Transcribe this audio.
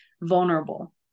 vulnerable